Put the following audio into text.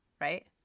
right